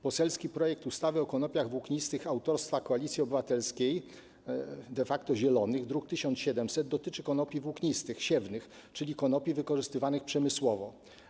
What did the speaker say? Poselski projekt ustawy o konopiach włóknistych autorstwa Koalicji Obywatelskiej, de facto Zielonych, druk nr 1700, dotyczy konopi włóknistych, siewnych, czyli konopi wykorzystywanych przemysłowo.